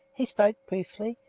he spoke briefly,